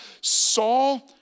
Saul